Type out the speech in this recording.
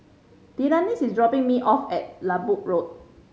Delaney is dropping me off at Lembu Road